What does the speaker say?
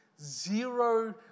zero